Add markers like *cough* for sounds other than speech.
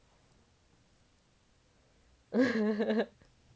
*laughs*